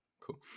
Cool